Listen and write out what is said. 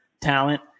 talent